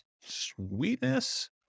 Sweetness